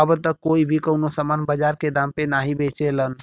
अब त कोई भी कउनो सामान बाजार के दाम पे नाहीं बेचलन